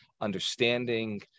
understanding